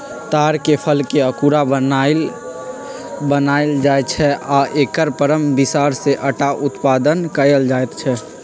तार के फलके अकूरा बनाएल बनायल जाइ छै आ एकर परम बिसार से अटा उत्पादन कएल जाइत हइ